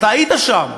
אתה היית שם.